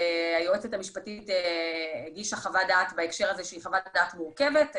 היועצת המשפטית הגישה חוות דעת בהקשר הזה שהיא חוות דעת מורכבת,